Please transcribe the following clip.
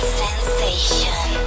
sensation